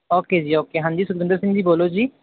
okay ਜੀ okay ਹਾਂਜੀ ਸੁਖਵਿੰਦਰ ਸਿੰਘ ਜੀ ਬੋਲੋ ਜੀ